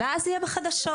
ואז זה יהיה בחדשות,